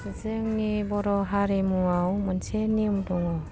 जोंनि बर' हारिमुवाव मोनसे नेम दङ